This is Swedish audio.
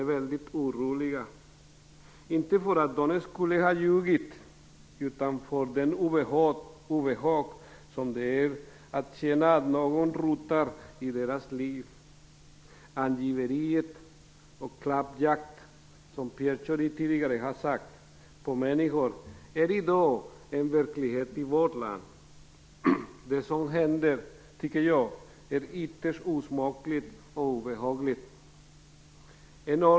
Det är inte oroliga för att de skulle ha ljugit utan för det obehag som det medför när någon rotar i deras liv. Angiveri och klappjakt - som Pierre Schori tidigare talade om - är i dag en verklighet i vårt land. Det som händer är ytterst osmakligt och obehagligt.